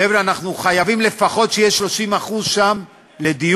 חבר'ה: אנחנו חייבים שיהיו שם לפחות 30% לדיור.